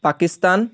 Pakistan